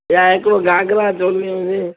या हिकिड़ो घाघरा चोली हुजे